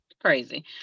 crazy